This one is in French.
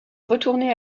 retourner